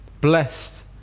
Blessed